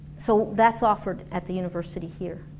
so that's offered at the university here